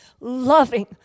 loving